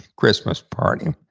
christmas party.